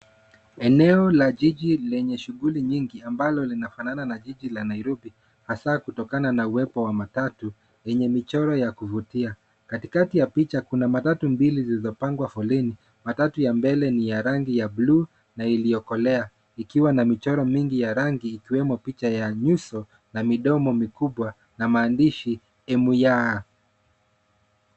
Eneo la jiji lenye shughuli nyingi ambalo linafanana na jiji la Nairobi, hasaa kutokana na uwepo wa matatu, yenye michoro ya kuvutia. Katikati ya picha kuna matatu mbili zilizopangwa foleni, matatu ya mbele ni ya rangi ya bluu, na iliyokolea. Ikiwa na michoro mingi ya rangi, ikiwemo picha ya nyuso, na midomo mikubwa, na maandishi "Emuyah".